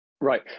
Right